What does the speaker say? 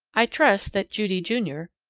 i trust that judy, junior,